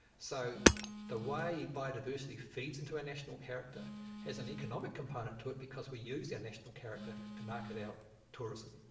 so the way biodiversity feeds into our national character has an economic component to it because we use our international character to market our tourism.